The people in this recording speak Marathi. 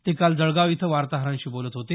ते काल जळगाव इथं वार्ताहरांशी बोलत होते